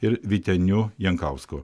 ir vyteniu jankausku